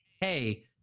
Hey